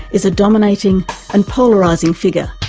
is a dominating and polarising figure,